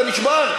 אתה נשבר?